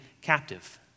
captive